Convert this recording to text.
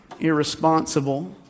irresponsible